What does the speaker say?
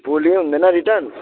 भोलि हुँदैन रिटर्न